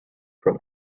from